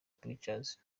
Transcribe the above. pictures